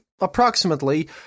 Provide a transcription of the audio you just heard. approximately